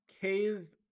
cave